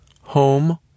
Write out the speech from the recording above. Home